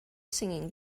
singing